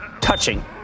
touching